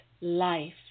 life